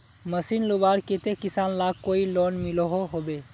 Machine लुबार केते किसान लाक कोई लोन मिलोहो होबे?